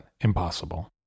impossible